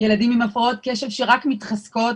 ילדים עם הפרעות קשב שרק מתחזקות,